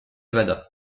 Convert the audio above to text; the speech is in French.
nevada